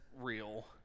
real